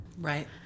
Right